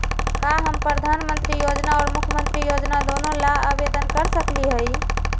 का हम प्रधानमंत्री योजना और मुख्यमंत्री योजना दोनों ला आवेदन कर सकली हई?